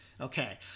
Okay